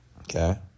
Okay